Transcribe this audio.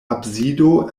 absido